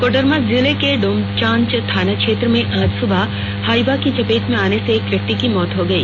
कोडरमा जिले के डोमचांच थाना क्षेत्र में आज सुबह हाईवा की चपेट में आने से एक व्यक्ति की मौत हो गई